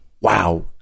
wow